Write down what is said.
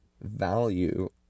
value